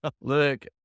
look